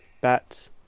bats